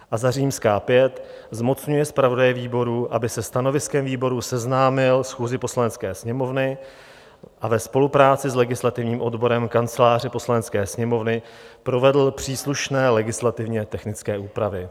V. zmocňuje zpravodaje výboru, aby se stanoviskem výboru seznámil schůzi Poslanecké sněmovny a ve spolupráci s legislativním odborem Kanceláře Poslanecké sněmovny provedl příslušné legislativně technické úpravy.